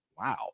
Wow